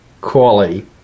quality